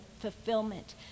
fulfillment